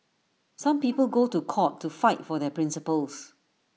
some people go to court to fight for their principles